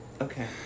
okay